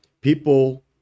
People